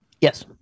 Yes